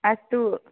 अस्तु